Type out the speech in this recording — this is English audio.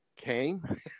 came